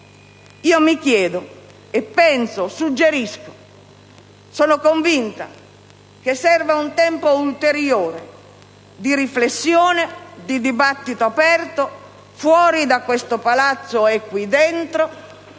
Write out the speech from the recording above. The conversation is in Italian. mi chiedo, penso, suggerisco e sono convinta che serva un tempo ulteriore di riflessione, e di dibattito aperto, fuori e dentro questo palazzo, un